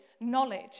knowledge